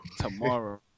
Tomorrow